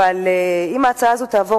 אבל אם ההצעה הזאת תעבור,